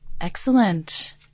Excellent